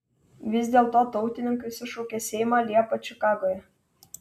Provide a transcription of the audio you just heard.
vis dėlto tautininkai sušaukė seimą liepą čikagoje